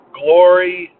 glory